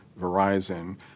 Verizon